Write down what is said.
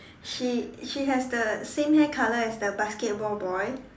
she she has the same hair color as the basketball boy